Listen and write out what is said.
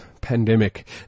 pandemic